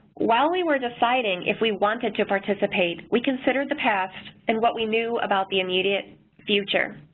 while we were deciding if we wanted to participate, we consider the past and what we knew about the immediate future.